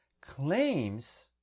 claims